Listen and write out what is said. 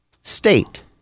state